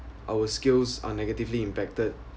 our skills are negatively impacted